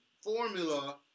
formula